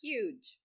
Huge